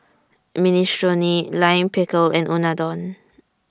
Minestrone Lime Pickle and Unadon